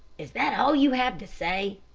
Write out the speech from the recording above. is that all you have to say?